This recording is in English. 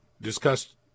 discussed